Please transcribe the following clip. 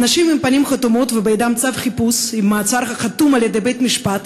אנשים עם פנים חתומות ובידם צו חיפוש עם מעצר החתום על-ידי בית-משפט,